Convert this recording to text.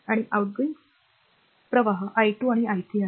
आणि आउटगोइंग प्रवाह i2 आणि i3 आहेत